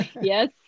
yes